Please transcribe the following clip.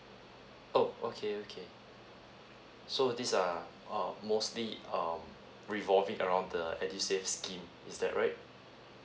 oh okay okay so this are uh mostly um revolving around the edu save scheme is that right